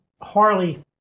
Harley